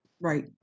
right